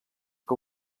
que